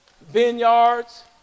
Vineyards